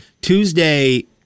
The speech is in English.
Tuesday